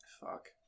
Fuck